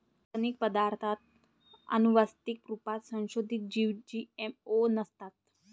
organic पदार्ताथ आनुवान्सिक रुपात संसोधीत जीव जी.एम.ओ नसतात